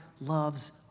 loves